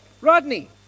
Rodney